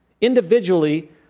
Individually